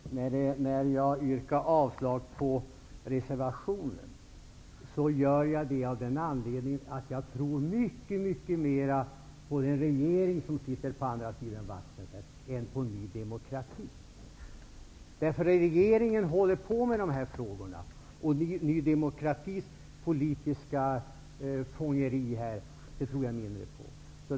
Herr talman! När jag yrkar avslag på reservationen gör jag det av den anledningen att jag tror mycket mer på den regering som sitter på andra sidan vattnet än på Ny demokrati. Regeringen arbetar med de här frågorna. Ny demokratis politiska ''fångeri'' tror jag mindre på.